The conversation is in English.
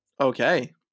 okay